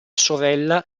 sorella